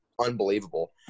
unbelievable